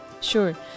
Sure